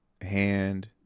hand